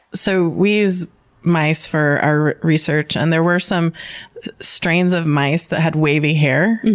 so, we use mice for our research and there were some strains of mice that had wavy hair.